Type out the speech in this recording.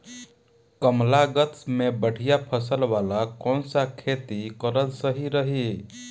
कमलागत मे बढ़िया फसल वाला कौन सा खेती करल सही रही?